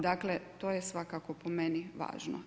Dakle, to je svakako po meni važno.